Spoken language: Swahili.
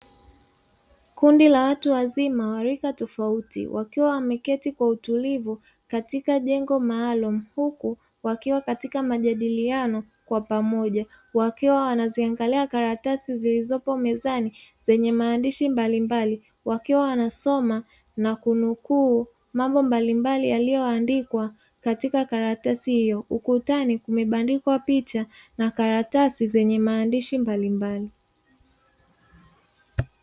Kundi la watu wazima wa rika tofauti, wakiwa wameketi kwa utulivu katika jengo maalumu, huku wakiwa katika majadiliani kwa pamoja, wakiwa wananiangalia karatasi zilizopo mezani zenye maandishi mbalimbali, wakiwa wanasoma na kunukuu mambo mbalimbali yaliyoandikwa katika karatasi hiyo, ukutani kumebandikwa picha na karatasi zenye maandishi mblimbali.